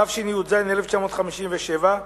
התשי"ז 1957,